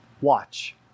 watch